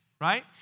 right